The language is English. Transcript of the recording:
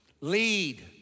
Lead